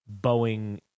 Boeing